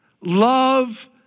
love